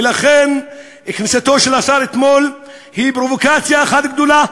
ולכן כניסתו של השר אתמול היא פרובוקציה אחת גדולה,